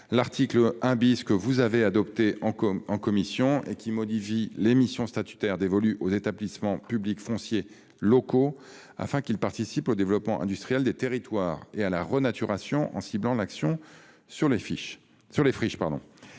l'article 1 , que vous avez adopté en commission et qui modifie les missions statutaires dévolues aux établissements publics fonciers locaux (EPFL), afin qu'ils participent au développement industriel des territoires et à la renaturation en ciblant leur action sur les friches.